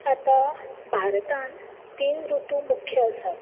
आतां भारतांन तीन ऋतू मुख्य आसात